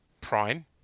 Prime